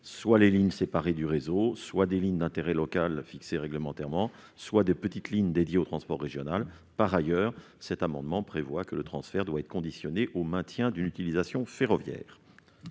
des lignes séparées du réseau, des lignes d'intérêt local fixées réglementairement et des petites lignes dédiées au transport régional. Par ailleurs, nous entendons rappeler que ce transfert doit être conditionné au maintien d'une utilisation ferroviaire